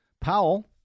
Powell